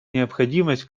необходимость